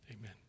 Amen